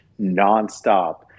nonstop